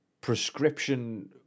prescription